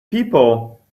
people